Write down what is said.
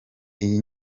iyi